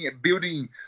building